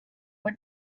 would